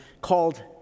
called